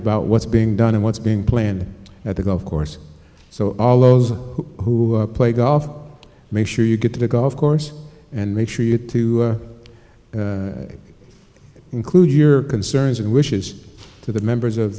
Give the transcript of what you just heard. about what's being done and what's being planned at the golf course so all of those who play golf make sure you get to the golf course and make sure you to include your concerns and wishes to the members of